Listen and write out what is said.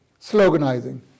sloganizing